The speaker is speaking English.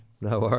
No